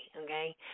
Okay